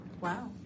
Wow